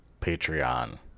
Patreon